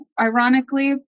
ironically